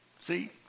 See